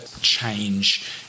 change